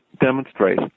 demonstrate